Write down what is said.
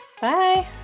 Bye